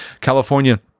California